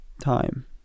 time